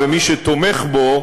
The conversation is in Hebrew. הפיגועים,